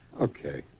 Okay